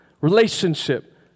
relationship